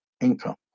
income